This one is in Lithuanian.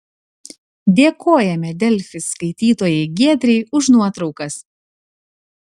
dėkojame delfi skaitytojai giedrei už nuotraukas